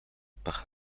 par